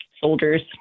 soldiers